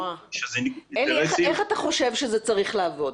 איך אתה חושב שזה צריך לעבוד?